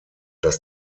dass